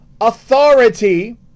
authority